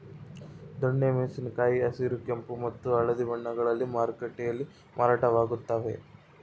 ದೊಣ್ಣೆ ಮೆಣಸಿನ ಕಾಯಿ ಹಸಿರು ಕೆಂಪು ಮತ್ತು ಹಳದಿ ಬಣ್ಣಗಳಲ್ಲಿ ಮಾರುಕಟ್ಟೆಯಲ್ಲಿ ಮಾರಾಟವಾಗುತ್ತವೆ